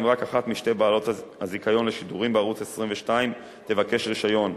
רק אחת משתי בעלות הזיכיון לשידורים בערוץ-22 תבקש רשיון,